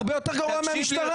הרבה יותר גרוע מהמשטרה.